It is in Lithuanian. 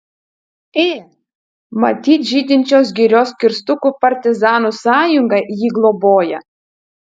ė matyt žydinčios girios kirstukų partizanų sąjunga jį globoja